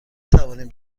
توانیم